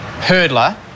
hurdler